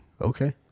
Okay